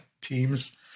teams